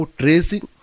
tracing